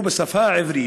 הקבינט.